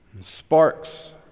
sparks